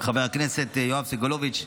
חבר הכנסת יואב סגלוביץ',